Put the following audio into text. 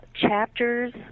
chapters